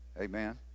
Amen